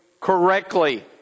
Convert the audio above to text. correctly